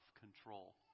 control